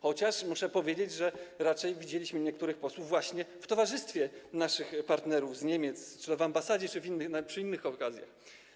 Chociaż muszę powiedzieć, że raczej widzieliśmy niektórych posłów właśnie w towarzystwie naszych partnerów z Niemiec, czy to w ambasadzie, czy przy innych okazjach.